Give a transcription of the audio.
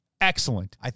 Excellent